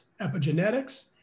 epigenetics